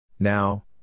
Now